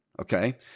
Okay